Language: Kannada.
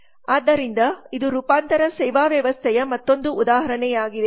ಆದ್ದರಿಂದ ಇದು ರೂಪಾಂತರ ಸೇವಾ ವ್ಯವಸ್ಥೆಯ ಮತ್ತೊಂದು ಉದಾಹರಣೆಯಾಗಿದೆ